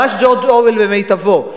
ממש ג'ורג' אורוול במיטבו.